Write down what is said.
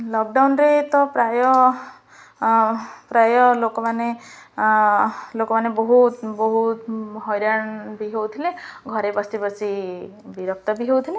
ଲକଡାଉନରେ ତ ପ୍ରାୟ ପ୍ରାୟ ଲୋକମାନେ ଲୋକମାନେ ବହୁତ ବହୁତ ହଇରାଣ ବି ହଉଥିଲେ ଘରେ ବସି ବସି ବିରକ୍ତ ବି ହେଉଥିଲେ